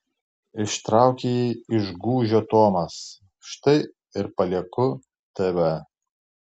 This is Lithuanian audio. ištraukė jį iš gūžio tomas štai ir palieku tv